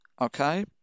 okay